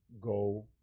go